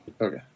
Okay